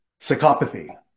psychopathy